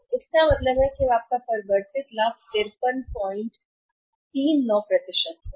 तो इसका मतलब है कि अब क्या है परिवर्तित लाभ जो कि 5339 है